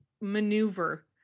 maneuver